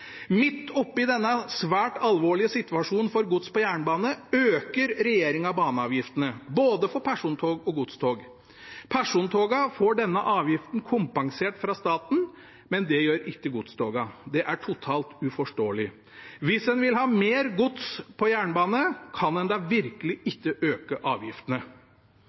Midt oppe i denne svært alvorlige situasjonen for gods på jernbane øker regjeringen baneavgiftene – for både persontog og godstog. Persontogene får denne avgiften kompensert fra staten, men det gjør ikke godstogene. Det er totalt uforståelig. Hvis en vil ha mer gods på jernbane, kan en da virkelig ikke øke avgiftene.